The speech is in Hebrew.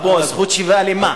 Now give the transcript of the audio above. אנחנו בזכות שיבה למה?